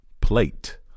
Plate